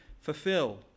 fulfill